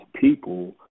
people